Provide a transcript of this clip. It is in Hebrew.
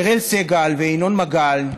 אראל סג"ל וינון מגל,